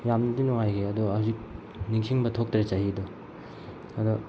ꯌꯥꯝꯅꯗꯤ ꯅꯨꯡꯉꯥꯏꯈꯤ ꯑꯗꯣ ꯍꯧꯖꯤꯛ ꯅꯤꯡꯁꯤꯡꯕ ꯊꯣꯛꯇ꯭ꯔꯦ ꯆꯍꯤꯗꯣ ꯑꯗꯣ